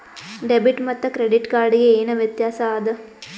Debit ಮತ್ತ credit card ಗೆ ಏನ ವ್ಯತ್ಯಾಸ ಆದ?